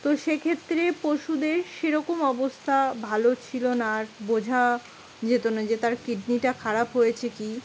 তো সেক্ষেত্রে পশুদের সেরকম অবস্থা ভালো ছিলো না আর বোঝা যেত না যে তার কিডনিটা খারাপ হয়েছে কি